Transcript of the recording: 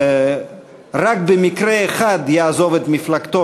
רק במקרה אחד יעזוב את מפלגתו,